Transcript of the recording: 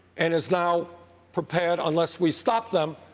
and is now prepared, unless we stop them,